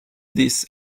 this